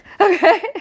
okay